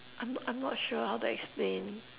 I'm not I'm not sure how to explain